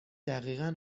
دقیقا